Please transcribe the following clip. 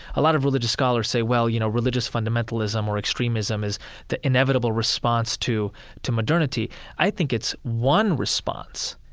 a lot of religious scholars say, well, you know, religious fundamentalism or extremism is the inevitable response to to modernity i think it's one response.